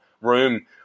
room